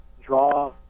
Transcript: draw